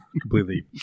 completely